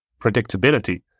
predictability